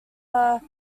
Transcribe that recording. are